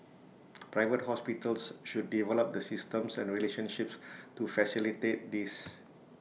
Private Hospitals should develop the systems and relationships to facilitate this